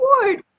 award